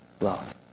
love